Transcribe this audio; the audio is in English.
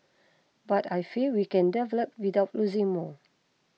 but I feel we can develop without losing more